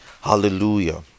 Hallelujah